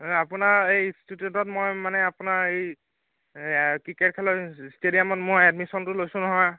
আপোনাৰ এই ইষ্টেটেতত মই মানে আপোনাৰ এই ক্ৰিকেট খেলৰ ষ্টেডিয়ামত মই এডমিচনটো লৈছো নহয়